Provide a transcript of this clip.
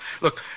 Look